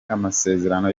amasezerano